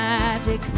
magic